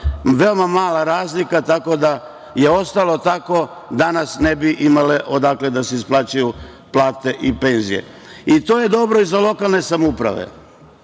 veoma mala razlika, da je ostalo tako danas ne bi imale odakle da se isplaćuju plate i penzije. To je dobro i za lokalne samouprave.